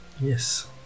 Yes